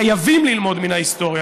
חייבים ללמוד מן ההיסטוריה.